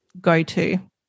go-to